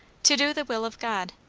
to do the will of god.